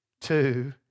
two